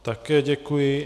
Také děkuji.